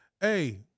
Hey